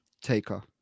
Taker